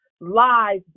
lies